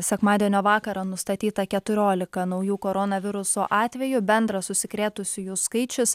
sekmadienio vakarą nustatyta keturiolika naujų koronaviruso atvejų bendras užsikrėtusiųjų skaičius